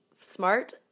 smart